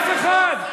אף אחד.